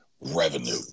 revenue